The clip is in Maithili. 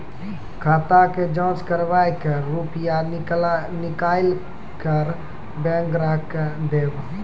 खाता के जाँच करेब के रुपिया निकैलक करऽ बैंक ग्राहक के देब?